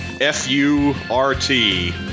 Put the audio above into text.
F-U-R-T